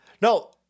no